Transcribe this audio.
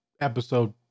episode